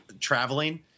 traveling